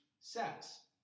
sex